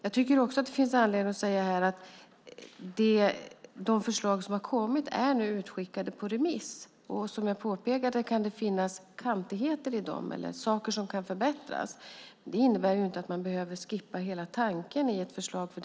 Jag tycker också att det finns anledning att säga att de förslag som har kommit är utskickade på remiss. Som jag påpekade kan det finnas kantigheter i dem eller saker som kan förbättras. Det innebär ju inte att man behöver skippa hela tanken i ett förslag.